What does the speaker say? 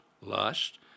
lust